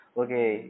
okay